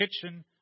kitchen